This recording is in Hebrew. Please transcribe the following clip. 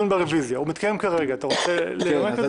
ברביזיה, הוא מתקיים כרגע, אתה רוצה לנמק?